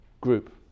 group